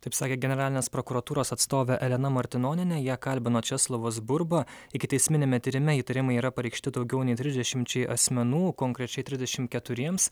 taip sakė generalinės prokuratūros atstovė elena martinonienė ją kalbino česlovas burba ikiteisminiame tyrime įtarimai yra pareikšti daugiau nei trisdešimčiai asmenų konkrečiai trisdešim keturiems